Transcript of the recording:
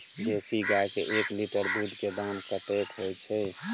देसी गाय के एक लीटर दूध के दाम कतेक होय छै?